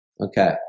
Okay